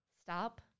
stop